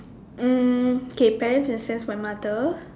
mm K parents in a sense my mother